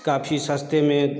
काफ़ी सस्ते में